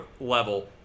level